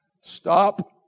Stop